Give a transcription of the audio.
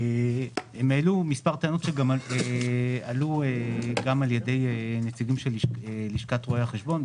הם העלו מספר טענות שעלו גם על ידי נציגים של לשכת רואי החשבון,